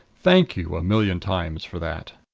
thank you a million times for that!